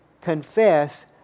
confess